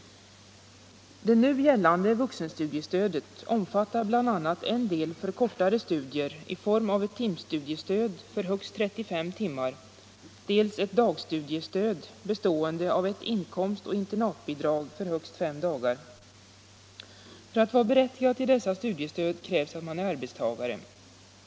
Det nu gällande vuxenstudiestödet omfattar bl.a. en del för kortare studier i form av ett timstudiestöd för högst 35 timmar och ett dagstudiestöd bestående av ett inkomstoch internatbidrag för högst fem dagar. För att vara berättigad till dessa studiestöd krävs att man är arbetstagare.